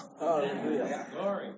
Hallelujah